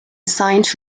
saint